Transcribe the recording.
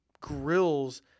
grills